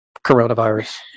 coronavirus